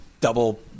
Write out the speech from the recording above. double